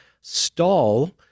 stall